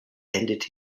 ended